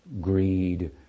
greed